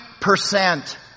percent